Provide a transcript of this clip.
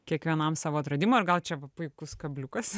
kiekvienam savo atradimo ir gal čia puikus kabliukas